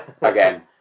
Again